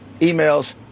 emails